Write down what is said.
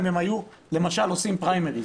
אם הם היו למשל עושים פריימריז,